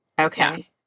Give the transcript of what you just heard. Okay